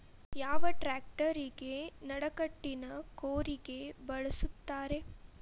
ಯಾವ ಟ್ರ್ಯಾಕ್ಟರಗೆ ನಡಕಟ್ಟಿನ ಕೂರಿಗೆ ಬಳಸುತ್ತಾರೆ?